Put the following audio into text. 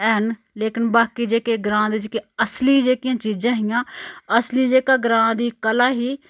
हैन लेकिन बाकी जेह्के ग्रांऽ दे जेह्के असली जेह्की चीजां हियां असली जेह्का ग्रांऽ दी कला ही